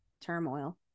turmoil